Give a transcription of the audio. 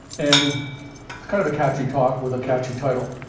and it's kind of a catchy talk with a catchy title.